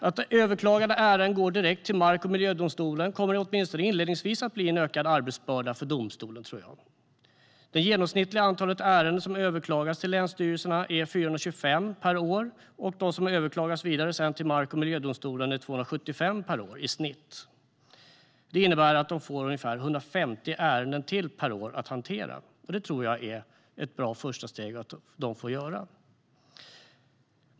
Att överklagade ärenden går direkt till mark och miljödomstolen kommer åtminstone inledningsvis att bli en ökad arbetsbörda för domstolen, tror jag. Det genomsnittliga antalet ärenden som överklagats till länsstyrelserna är 425 per år, och de som sedan överklagats till mark och miljödomstolen är i snitt 275 per år. Det innebär att de får ungefär 150 ärenden till per år att hantera. Det tror jag är ett bra första steg.